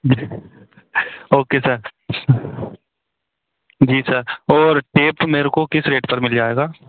जी okay sir जी sir और tape मेरे को किस रेट पर मिल जाएगा